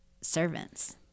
servants